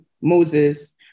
Moses